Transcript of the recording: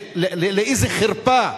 לאיזו חרפה?